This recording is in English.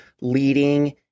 leading